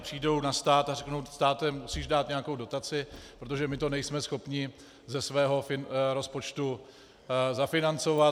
Přijdou na stát a řeknou: Státe, musíš dát nějakou dotaci, protože my to nejsme schopni ze svého rozpočtu zafinancovat.